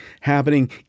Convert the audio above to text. happening